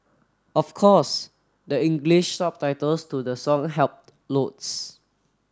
of course the English subtitles to the song helped loads